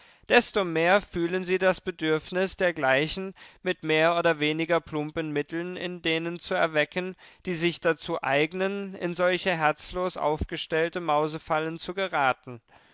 desto mehr fühlen sie das bedürfnis dergleichen mit mehr oder weniger plumpen mitteln in denen zu erwecken die sich dazu eignen in solche herzlos aufgestellte mausefallen zu geraten